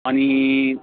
अनि